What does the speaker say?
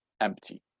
empty